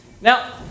Now